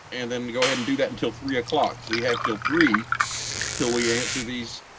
and then go ahead and do that until three o'clock. so we have till three till we answer these,